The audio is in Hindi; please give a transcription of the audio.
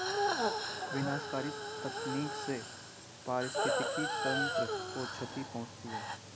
विनाशकारी तकनीक से पारिस्थितिकी तंत्र को क्षति पहुँचती है